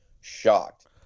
shocked